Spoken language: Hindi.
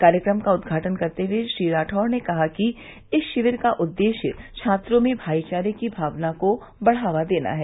कार्यक्रम का उद्घाटन करते हुए श्री राठौड़ ने कहा कि इस शिविर का उद्देश्य छात्रों में भाईचारे की भावना को बढ़ावा देना है